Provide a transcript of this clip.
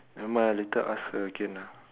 never mind lah later ask her again lah